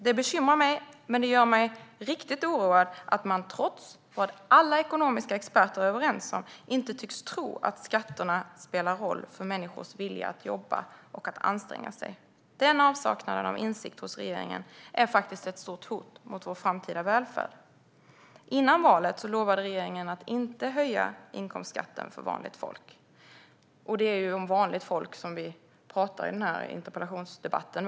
Det bekymrar mig, men det som gör mig riktigt oroad är att man trots vad alla ekonomiska experter är överens om inte tycks tro att skatterna spelar roll för människors vilja att jobba och att anstränga sig. Den avsaknaden av insikt hos regeringen är ett stort hot mot vår framtida välfärd. Före valet lovade regeringen att inte höja inkomstskatten för vanligt folk. Det är ju om vanligt folk vi talar i den här interpellationsdebatten.